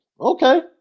Okay